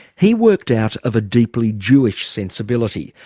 he worked out of a deeply jewish sensibility,